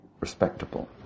respectable